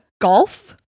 golf